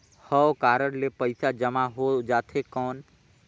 हव कारड ले पइसा जमा हो जाथे कौन?